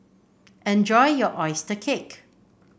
enjoy your oyster cake